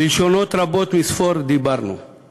"בלשונות רבות מספור דיברנו /